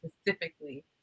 specifically